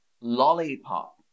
lollipop